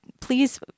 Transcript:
please